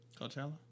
Coachella